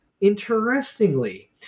Interestingly